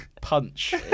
punch